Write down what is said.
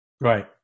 right